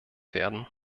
werden